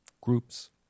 groups